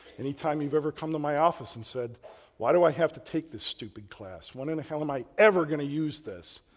anytime you've ever come to my office and said why do i have to take this stupid class? when in the hell am i ever going to use this?